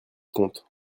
compte